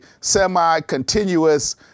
semi-continuous